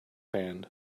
band